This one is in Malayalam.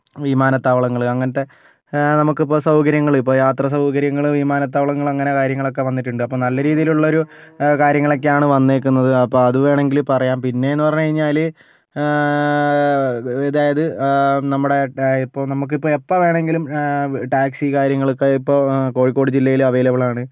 വിമാന താവളങ്ങൾ അങ്ങനത്തെ നമുക്കിപ്പോൾ സൗകര്യങ്ങൾ യാത്രാ സൗകര്യങ്ങൾ വിമാനത്താവളങ്ങൾ അങ്ങനെ കാര്യങ്ങളൊക്കെ വന്നിട്ടുണ്ട് അപ്പോൾ നല്ല രീതിയിലുള്ളൊരു കാര്യങ്ങളൊക്കെയാണ് വന്നിരിക്കുന്നത് അപ്പോൾ അത് വേണമെങ്കിൽ പറയാം പിന്നെയെന്ന് പറഞ്ഞ് കഴിഞ്ഞാൽ അത് അതായത് നമ്മുടെ നമുക്കിപ്പോൾ എപ്പോൾ വേണമെങ്കിലും ടാക്സി കാര്യങ്ങൾ ഇപ്പോൾ കോഴിക്കോട് ജില്ലയിൽ അവൈലബിളാണ്